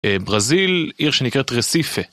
ברזיל, עיר שנקראת רסיפה